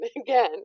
again